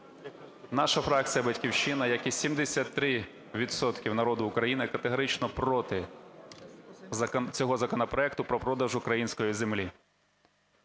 Наша фракція "Батьківщина", як і 73 відсотки народу України, категорично проти цього законопроекту про продаж української землі.